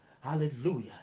Hallelujah